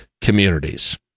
communities